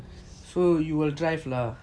so you will drive lah